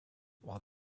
while